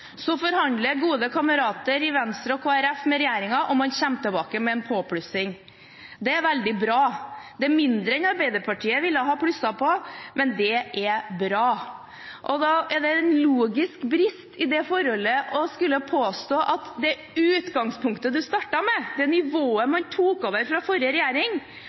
Så forhandler gode kamerater i Venstre og Kristelig Folkeparti med regjeringen, og man kommer tilbake med en påplussing. Det er veldig bra. Det er mindre enn Arbeiderpartiet ville ha plusset på, men det er bra. Da er det en logisk brist i det forholdet at man påstår at det utgangspunktet man startet med, er det nivået man tok over fra forrige regjering,